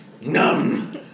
numb